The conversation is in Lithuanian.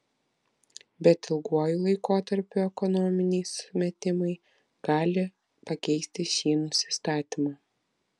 bet ilguoju laikotarpiu ekonominiai sumetimai gali pakeisti šį nusistatymą